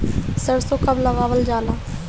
सरसो कब लगावल जाला?